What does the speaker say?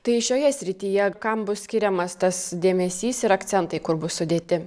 tai šioje srityje kam bus skiriamas tas dėmesys ir akcentai kur bus sudėti